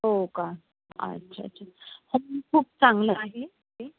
हो का अच्छा अच्छा खूप खूप चांगलं आहे ते